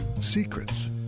secrets